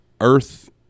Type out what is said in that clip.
earth